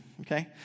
okay